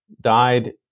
died